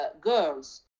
girls